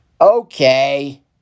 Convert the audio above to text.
Okay